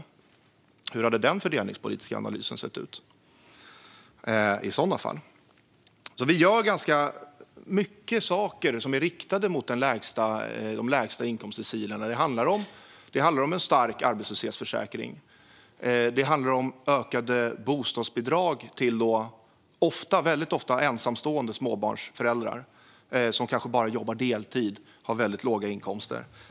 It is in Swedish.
Hur hade den fördelningspolitiska analysen i så fall sett ut? Vi gör ganska mycket som är riktat mot de lägsta inkomstdecilerna. Det handlar om en stark arbetslöshetsförsäkring och ökade bostadsbidrag till ofta ensamstående småbarnsföräldrar, som kanske bara jobbar deltid och har väldigt låga inkomster.